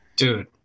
Dude